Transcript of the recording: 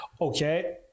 Okay